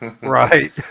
Right